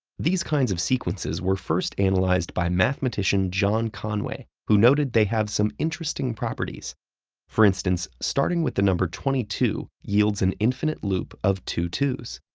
these kinds of sequences were first analyzed by mathematician john conway, who noted they have some interesting properties for instance, starting with the number twenty two, yields an infinite loop of two twos.